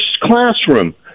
classroom